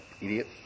idiot